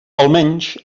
almenys